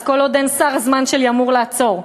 אז כל עוד אין שר מד-הזמן שלי אמור לעצור,